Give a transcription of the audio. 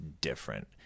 different